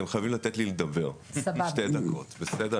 אתם חייבים לתת לי לדבר שתי דקות, בסדר?